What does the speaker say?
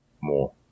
more